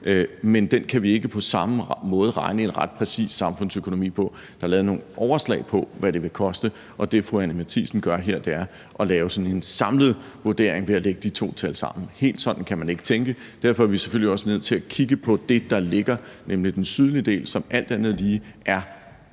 men den kan vi ikke på samme måde regne en ret præcis samfundsøkonomi på. Der er lavet nogle overslag på, hvad det vil koste, og det, fru Anni Matthiesen gør her, er at lave sådan en samlet vurdering ved at lægge de to tal sammen. Helt sådan kan man ikke tænke, og derfor er vi selvfølgelig også nødt til at kigge på det, der ligger, nemlig den sydlige del, som alt andet lige er